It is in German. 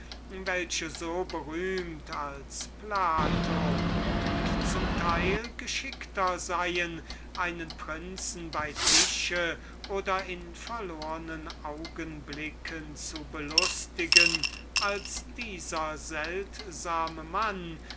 welche so berühmt als plato und zum teil geschickter seien einen prinzen bei tische oder in verlornen augenblicken zu belustigen als dieser mann